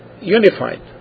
unified